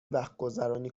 وقتگذرانی